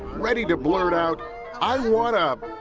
ready to blurt out i want a.